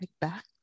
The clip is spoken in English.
back